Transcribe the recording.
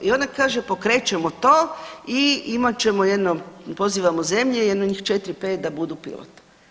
I ona kaže, pokrećemo to i imat ćemo je jedno, pozivamo zemlje, jedno njih 4-5 da budu pilot.